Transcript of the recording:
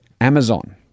Amazon